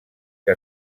que